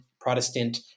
Protestant